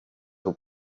will